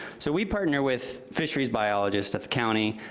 so we partner with fisheries biologists at the county,